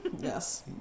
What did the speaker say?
yes